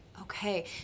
Okay